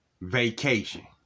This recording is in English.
Vacation